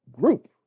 group